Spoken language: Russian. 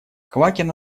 квакин